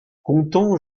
comptant